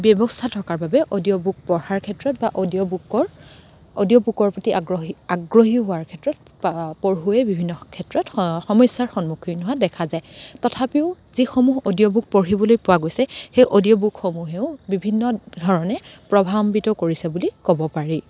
ব্যৱস্থা থকাৰ বাবে অডিঅ' বুক পঢ়াৰ ক্ষেত্ৰত বা অডিঅ' বুকৰ অডিঅ' বুকৰ প্ৰতি আগ্ৰহী আগ্ৰহী হোৱাৰ ক্ষেত্ৰত পঢ়ুৱৈ বিভিন্ন ক্ষেত্ৰত সমস্যাৰ সন্মুখীন হোৱা দেখা যায় তথাপিও যিসমূহ অডিঅ' বুক পঢ়িবলৈ পোৱা গৈছে সেই অডিঅ' বুকসমূহেও বিভিন্ন ধৰণে প্ৰভাৱান্ৱিত কৰিছে বুলি ক'ব পাৰি